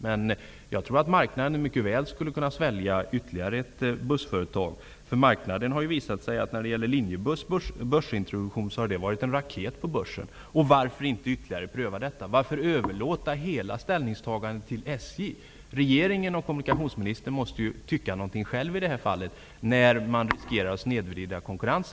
Men jag tror att marknaden mycket väl skulle kunna svälja ytterligare ett bussföretag. Linjebuss blev en raket på börsen efter börsintroduktionen. Varför inte ytterligare pröva detta? Varför överlåta hela ställningstagandet till SJ? Regeringen och kommunikationsministern måste ju tycka någonting själva i det här fallet, när konkurrensen riskerar att snedvridas.